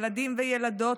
ילדים וילדות,